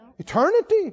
Eternity